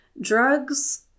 drugs